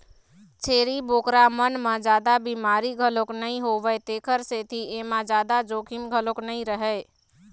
छेरी बोकरा मन म जादा बिमारी घलोक नइ होवय तेखर सेती एमा जादा जोखिम घलोक नइ रहय